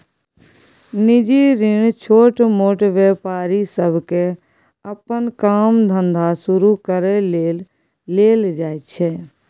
निजी ऋण छोटमोट व्यापारी सबके अप्पन काम धंधा शुरू करइ लेल लेल जाइ छै